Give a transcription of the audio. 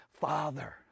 Father